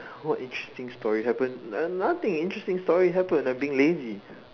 what interesting stories happen uh nothing interesting story happen I'm being lazy